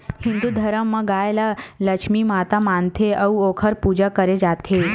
हिंदू धरम म गाय ल लक्छमी माता मानथे अउ ओखर पूजा करे जाथे